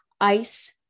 ice